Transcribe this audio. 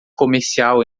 comercial